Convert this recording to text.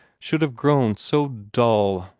should have grown so dull?